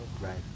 Right